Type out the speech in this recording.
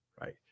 right